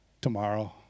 Tomorrow